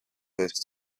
this